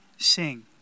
Sing